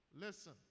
Listen